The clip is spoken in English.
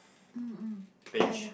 um um ya ya